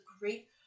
great